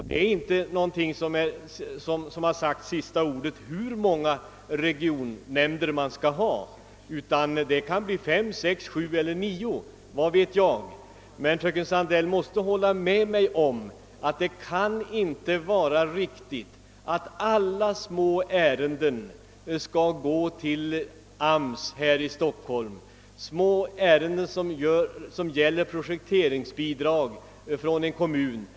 Det sista ordet har inte sagts om hur många regionsnämnder man skall ha. Det kan bli fem, sex, sju, åtta eller nio — vad vet jag. Men fröken Sandell måste hålla med mig om att det inte kan vara riktigt att en mängd småärenden skall gå till AMS i Stockholm. Det kan vara fråga om småärenden som gäller projekteringsbidrag till en kommun.